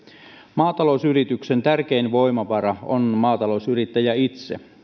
maatalousyrityksen tärkein voimavara on maatalousyrittäjä itse